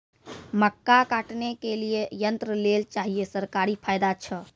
मक्का काटने के लिए यंत्र लेल चाहिए सरकारी फायदा छ?